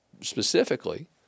specifically